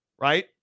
right